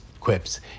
quips